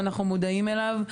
אנחנו מודעים אליו,